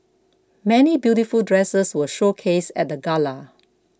many beautiful dresses were showcased at the gala